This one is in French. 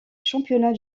championnats